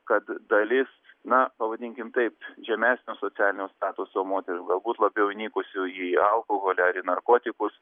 kad dalis na pavadinkim taip žemesnio socialinio statuso moterų galbūt labiau įnikusių į alkoholį ar į narkotikus